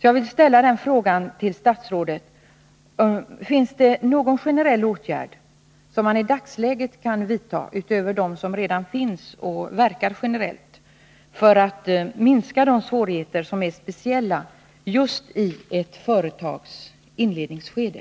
Jag vill till herr statsrådet ställa följande fråga: Finns det någon generell åtgärd att vidta i dagsläget, utöver vad som redan finns, vilken verkar generellt för att minska de svårigheter som speciellt förekommer i ett företags inledningsskede?